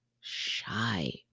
shy